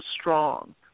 strong